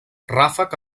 ràfec